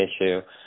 issue